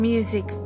Music